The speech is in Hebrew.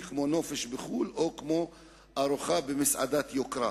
כמו נופש בחו"ל או כמו ארוחה במסעדת יוקרה.